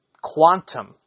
quantum